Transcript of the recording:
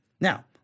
Now